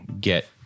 get